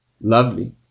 Lovely